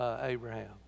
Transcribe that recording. Abraham